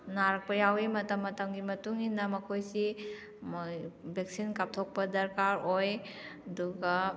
ꯅꯥꯔꯛꯄ ꯌꯥꯎꯏ ꯃꯇꯝ ꯃꯇꯝꯒꯤ ꯃꯇꯨꯡ ꯏꯟꯅ ꯃꯈꯣꯏꯁꯤ ꯃꯣꯏ ꯚꯦꯛꯁꯤꯟ ꯀꯥꯞꯊꯣꯛꯄ ꯗꯔꯀꯥꯔ ꯑꯣꯏ ꯑꯗꯨꯒ